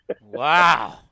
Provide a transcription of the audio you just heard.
Wow